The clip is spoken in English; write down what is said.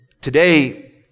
Today